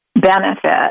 benefit